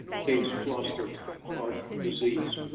case cluster of disease.